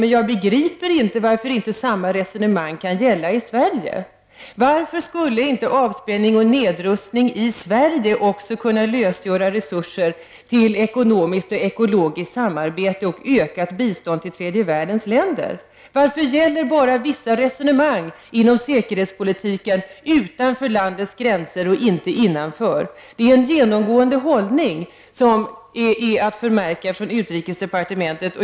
Men jag begriper inte varför inte samma resonemang kan gälla i Sverige. Varför skulle inte avspänning och nedrustning i Sverige också kunna lösgöra resurser till ekonomiskt och ekologiskt samarbete och ökat bistånd till tredje världens länder? Varför gäller vissa resonemang inom säkerhetspolitiken bara utanför landets gränser och inte innanför? Det är en genomgående hållning från utrikesdepartementet.